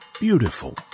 beautiful